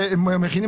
שמכינים